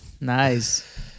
Nice